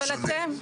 אבל אתם,